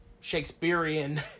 Shakespearean